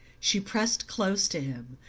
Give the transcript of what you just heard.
she pressed close to him,